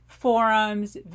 forums